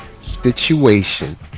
situation